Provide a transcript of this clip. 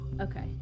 okay